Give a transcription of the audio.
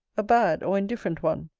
a bad or indifferent one,